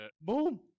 Boom